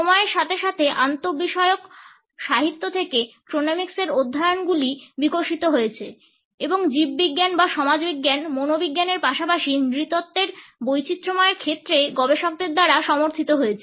সময়ের সাথে সাথে আন্তঃবিষয়ক সাহিত্য থেকে ক্রোনমিক্সের অধ্যয়নগুলি বিকশিত হয়েছে এবং জীববিজ্ঞান বা সমাজবিজ্ঞান মনোবিজ্ঞানের পাশাপাশি নৃতত্ত্বের বৈচিত্র্যময় ক্ষেত্রে গবেষকদের দ্বারা সমর্থিত হয়েছে